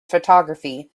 photography